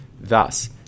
Thus